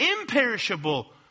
imperishable